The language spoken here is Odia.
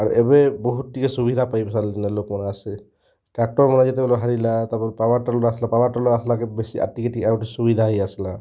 ଆର ଏବେ ବହୁତ ଟିକେ ସୁବିଧା ପାଇଁ ସାରିଲେନ ଲୋକମାନେ ଆସ୍ତେ ଟ୍ରାକ୍ଟର୍ ନୂଆ ଯେତେବେଲେ ବାହାରିଲା ତାପରେ ପାୱାର୍ ଟିଲର୍ ଆସଲା ପାୱାର୍ ଟିଲର୍ ଆସଲା କେ ବେଶୀ ଆର ଟିକେ ଟିକେ ଆଉ ଟିକେ ସୁବିଧା ହେଇ ଆସଲା